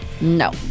No